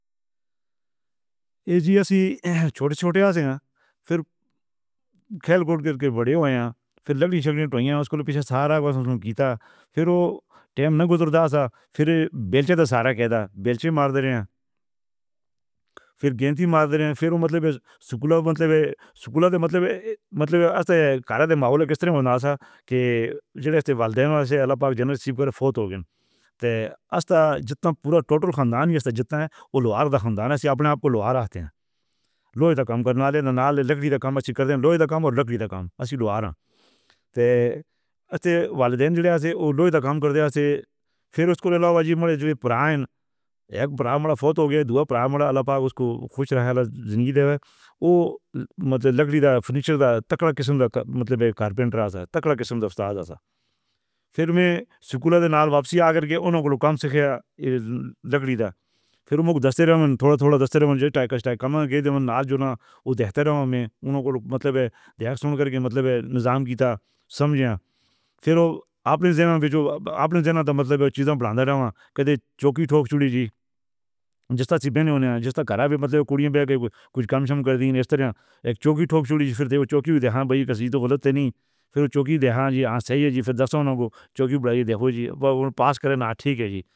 اےجی اسی چھوٹے چھوٹے آسے نہ، پھر کھیل کود کر کے وڈے ہو آیا۔ پھر لکڑی شکنی ٹویاں، اُس دے پِچھے سارا کم آسوں کیتا۔ پھر اوہ وقت نہ گُزردا آسا۔ پھر بیلچے دا سارا کیڈا، بیلچے مارت رہے ہن۔ پھر گیند وی مارت رہے۔ پھر مطلب اسکول. مطلب اسکول. مطلب مطلب آستے گھر دے ماحول کس طرح ہوندا آساں کے جیہڑے اِستے والدین اللہ پاک جنم آسّیب کر فوت ہو گئین۔ تے آس تے جِتّا پورا ٹوٹل خاندان ہی جِتّا ہے، اوہ لوہار دا خاندان آسے اپنے آپ کو لوہار آکھدے آں۔ لوہے دا کم کرن والے نال لکڑی دا کم آسی کردے نہ، لوہے دا کم تے لکڑی دا کم، آسی لوہار آں۔ تے آستے والدین جیہڑے آسے اوہ لوہے دا کم کردے ہسن۔ پھر اُس دے علاوہ جو ہمارے جو بھائی ہن—اک بھائی ہمارا فوت ہو گیا، دوئا بھائی ہمارا اللہ پاک اُس کو خوش رکھے، ایہ زندگی دے۔ اوہ مطلب لکڑی دا فرنیچر دا تگڑا قسم دا مطلب کارپنٹر آسا تگڑا قسم دا اُستاد آسا۔ پھر میں اسکول دے نال واپسی آ کر کے اُنہاں، اُنہاں لوکاں کَم سیکھیا لکڑی دا۔ پھر ہم لوگاں کوں دستاں روان تھوڑا تھوڑا دستاں جے ٹائیکر ٹائیکر کم دے ناز جوݨا ڈیکھتے رہاں میں۔ اُنہاں لوگاں نے مطلب سُن کے مطلب نظام دی سمجھا۔ پھر آپ اپݨے جیون وچ اپݨے جیݨا مطلب چیز بݨاتے رہا۔ کتے چوکی ٹھوک چُھڑی جی. جس طرح توں بغیر جس تے گھر تے کُڑیاں تے کوئی کجھ کم کر دی۔ ایس طرح اک چوکی ٹھوک چُھڑی پھر تاں چوکی ہی رہی بائی کسی تاں غلط نئیں۔ پھر چوکی دیہانی صحیح ہے جی، پھر چوکی تے آئی ڈیکھو جی پاس کرن ناں ٹھیک ہے جی۔